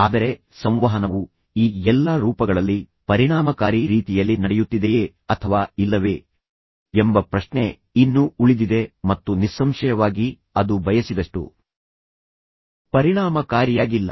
ಆದರೆ ಸಂವಹನವು ಈ ಎಲ್ಲಾ ರೂಪಗಳಲ್ಲಿ ಪರಿಣಾಮಕಾರಿ ರೀತಿಯಲ್ಲಿ ನಡೆಯುತ್ತಿದೆಯೇ ಅಥವಾ ಇಲ್ಲವೇ ಎಂಬ ಪ್ರಶ್ನೆ ಇನ್ನೂ ಉಳಿದಿದೆ ಮತ್ತು ನಿಸ್ಸಂಶಯವಾಗಿ ಅದು ಬಯಸಿದಷ್ಟು ಪರಿಣಾಮಕಾರಿಯಾಗಿಲ್ಲ